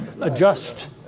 adjust